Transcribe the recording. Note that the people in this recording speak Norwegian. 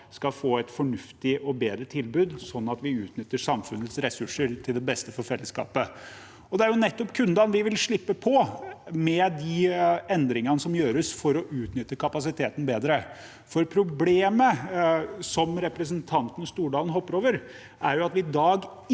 skal få et fornuftig og bedre tilbud, sånn at vi utnytter samfunnets ressurser til beste for fellesskapet. Det er nettopp kundene vi vil slippe på, med de endringene som gjøres for å utnytte kapasiteten bedre. Problemet som representanten Stordalen hopper over, er at vi i dag